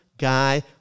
guy